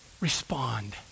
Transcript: Respond